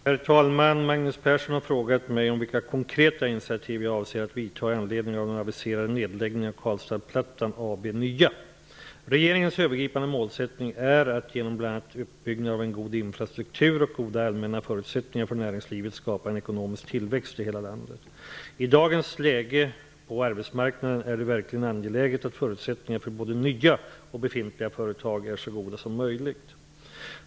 Herr talman! Magnus Persson har frågat mig om vilka konkreta initiativ jag avser att vidta i anledning av den aviserade nedläggningen av AB Regeringens övergripande målsättning är att genom bl.a. uppbyggnad av en god infrastruktur och goda allmänna förutsättningar för näringslivet skapa en ekonomisk tillväxt i hela landet. I dagens läge på arbetsmarknaden är det verkligen angeläget att förutsättningarna för både nya och befintliga företag är så goda som möjligt.